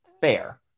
fair